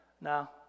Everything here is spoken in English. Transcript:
Now